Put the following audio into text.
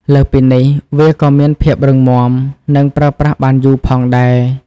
លើសពីនេះ វាក៏មានភាពរឹងមាំ និងប្រើប្រាស់បានយូរផងដែរ។